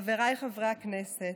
חבריי חברי הכנסת,